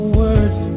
words